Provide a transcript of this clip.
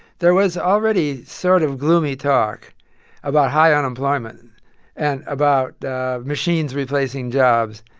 there was already sort of gloomy talk about high unemployment and about machines replacing jobs.